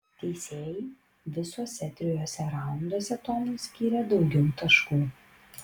teisėjai visuose trijuose raunduose tomui skyrė daugiau taškų